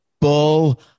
Bull